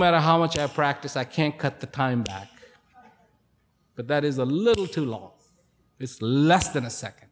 matter how much i practice i can't cut the time but that is a little too long it's less than a second